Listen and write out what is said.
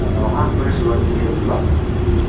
ହଁ tourist bus ହୋଇଯିବ